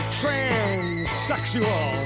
transsexual